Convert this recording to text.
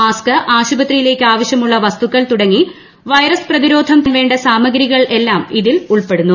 mask ആശുപത്രിയിലേക്ക് ആവശ്യമുള്ള വസ്തുക്കൾ തുടങ്ങി വൈറസ് പ്രതിരോധം തടയാൻ വേണ്ട സാമഗ്രികൾ എല്ലാം ഇതിൽ ഉൾപ്പെടുന്നു